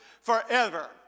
forever